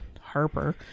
harper